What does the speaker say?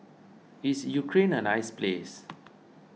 is Ukraine a nice place